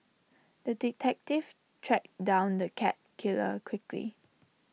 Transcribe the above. the detective tracked down the cat killer quickly